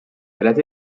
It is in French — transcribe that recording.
elle